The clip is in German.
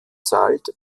zahlt